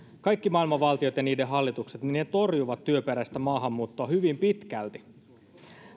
kaikki maailman valtiot ja niiden hallitukset torjuvat työperäistä maahanmuuttoa hyvin pitkälti